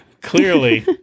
clearly